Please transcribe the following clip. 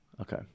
Okay